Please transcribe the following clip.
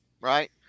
right